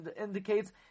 indicates